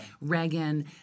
Reagan